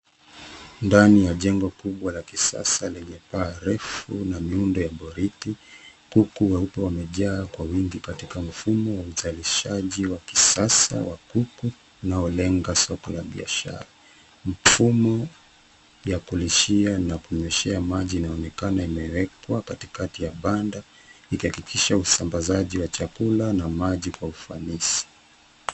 Ndani ya jengo kubwa la kisasa lenye paa refu na miundo ya boriti, kuku weupe wamejaa kwa wingi katika mifumo ya uzalishaji wa kisasa wa kuku unaolenga soko ya biashara. Mfumo ya kulishia na kunyweshea maji unaonekana imewekwa katikati ya banda likahakikisha usambazaji wa chakula na maji kwa ufanisi.